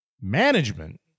Management